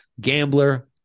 Gambler